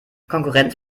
konkurrenz